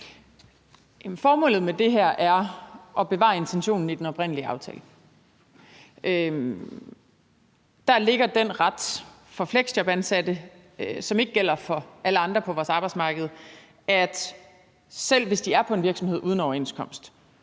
Formålet med det her er at bevare intentionen i den oprindelige aftale. Der ligger den ret for fleksjobansatte, som ikke gælder for alle andre på vores arbejdsmarked, at selv hvis de er på en virksomhed uden overenskomst,